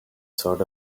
sort